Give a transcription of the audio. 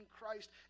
Christ